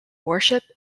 worship